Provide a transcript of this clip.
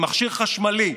מכשיר חשמלי,